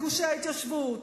גושי ההתיישבות,